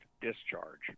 discharge